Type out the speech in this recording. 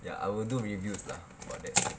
ya I will do reviews lah for that